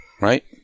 right